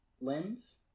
limbs